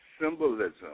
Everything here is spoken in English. symbolism